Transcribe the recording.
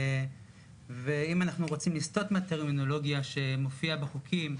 אם אנחנו רוצים לסטות מהטרמינולוגיה שמופיעה בחוקים ובנהלים,